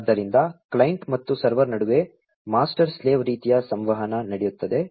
ಆದ್ದರಿಂದ ಕ್ಲೈಂಟ್ ಮತ್ತು ಸರ್ವರ್ ನಡುವೆ ಮಾಸ್ಟರ್ ಸ್ಲೇವ್ ರೀತಿಯ ಸಂವಹನ ನಡೆಯುತ್ತದೆ